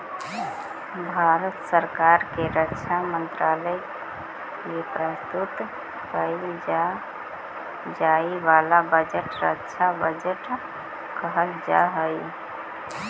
भारत सरकार के रक्षा मंत्रालय के लिए प्रस्तुत कईल जाए वाला बजट रक्षा बजट कहल जा हई